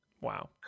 Wow